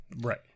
Right